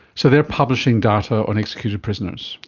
so they are publishing data on executed prisoners?